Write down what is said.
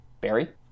Barry